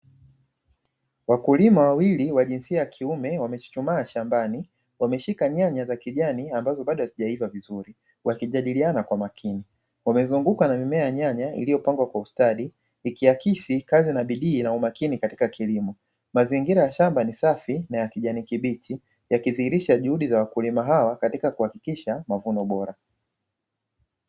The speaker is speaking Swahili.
Wakulima wawili wa jinsia ya kiume wamechuchumaa shambani, wameshika nyanya za kijani ambazo bado hazijaiva vizuri wakijadiliana kwa makini. Wamezungukwa na mimea ya nyanya iliyopangwa kwa ustadi ikiakisi kazi na ubidii na umakini katika kilimo. Mazingira ya shamba ni safi na ya kijani kibichi yakidhihirisha juhudi za wakulima hawa katika kuhakikisha mavuno bora.